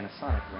Panasonic